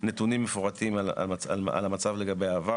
נתונים מפורטים על המצב בעבר.